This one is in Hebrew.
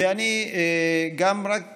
ואני גם רק